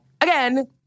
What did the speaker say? Again